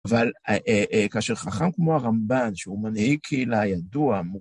אבל כאשר חכם כמו הרמבן שהוא מנהיג קהילה ידוע